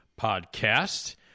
podcast